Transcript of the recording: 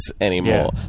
anymore